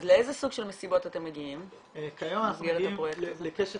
אז לאיזה סוג של מסיבות אתם מגיעים במסגרת הפרויקט הזה?